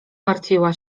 martwiła